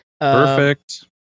Perfect